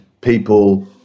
people